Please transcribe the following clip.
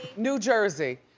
new jersey,